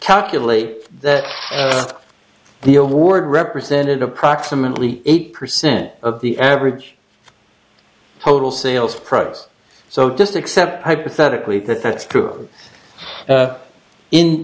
calculate that the award represented approximately eight percent of the average total sales pros so just accept hypothetically that that's true